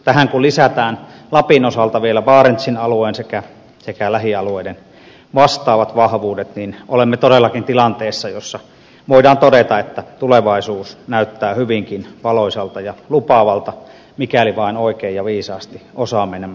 tähän kun lisätään lapin osalta vielä barentsin alueen sekä lähialueiden vastaavat vahvuudet niin olemme todellakin tilanteessa jossa voidaan todeta että tulevaisuus näyttää hyvinkin valoisalta ja lupaavalta mikäli vain oikein ja viisaasti osaamme nämä mahdollisuudet hyödyntää